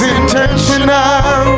intentional